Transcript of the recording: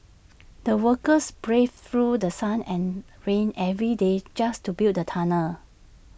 the workers braved through The Sun and rain every day just to build the tunnel